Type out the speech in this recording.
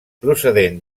procedent